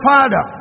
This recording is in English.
Father